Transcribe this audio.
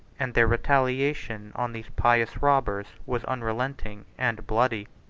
and their retaliation on these pious robbers was unrelenting and bloody.